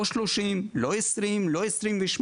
לא 30, לא 20, לא 28